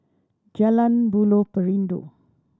Jalan Buloh Perindu